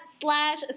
slash